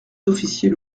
officiers